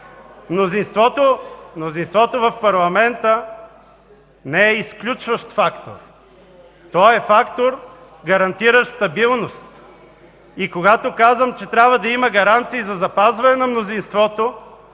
Мнозинството в парламента не е изключващ фактор. То е фактор, гарантиращ стабилност. Когато казвам, че трябва да има гаранции за запазване на мнозинството,